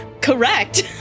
correct